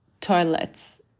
toilets